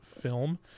film